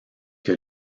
que